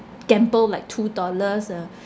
gamble like two dollars uh